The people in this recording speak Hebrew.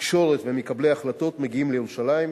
תקשורת ומקבלי החלטות, מגיעים לירושלים,